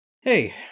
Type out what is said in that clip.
Hey